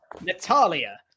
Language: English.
Natalia